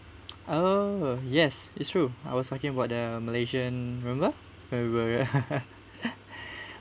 oh yes it's true I was talking about the malaysian remember ya remember